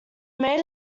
made